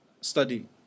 study